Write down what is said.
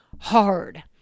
hard